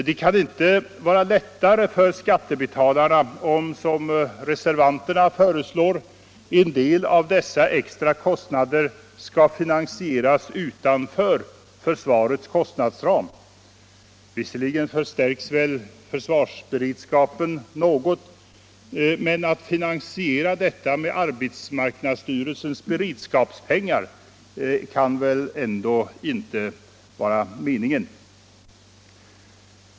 Det kan inte vara lättare för skattebetalarna om, såsom reservanterna föreslår, en del av dessa extra kostnader skall finansieras utanför försvarets kostnadsram. Visserligen förstärks väl försvarsberedskapen något, men att finansiera detta med arbetsmarknadsstyrelsens beredskapspengar kan väl ändå inte vara meningen.